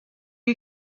you